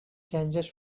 dangerous